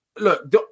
look